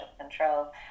control